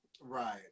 Right